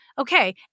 okay